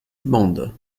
mende